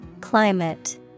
Climate